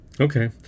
Okay